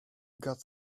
got